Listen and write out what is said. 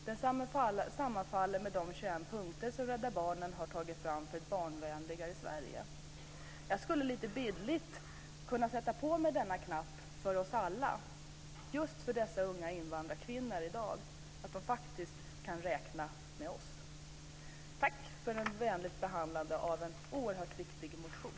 Det här sammanfaller med de 21 punkter som Rädda Barnen tagit fram för ett barnvänligare Sverige. Bildligt skulle jag kunna sätta på mig knappen menat för oss alla, just för att visa att de här unga invandrarkvinnorna i dag faktiskt kan räkna med oss. Tack för en vänlig behandling av en oerhört viktig motion!